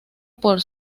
por